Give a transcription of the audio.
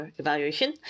evaluation